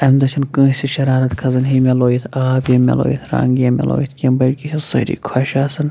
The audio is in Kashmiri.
اَمہِ دۄہ چھِنہٕ کٲنٛسہِ شرارت کھَسان ہے مےٚ لویُتھ آب ہے مےٚ لویُتھ رنٛگ ہے مےٚ لویُتھ کینٛہہ بٔلکہِ چھِ سٲری خۄش آسَان